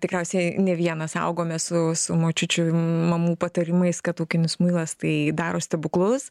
tikriausiai ne vienas augome su su močiučių mamų patarimais kad ūkinis muilas tai daro stebuklus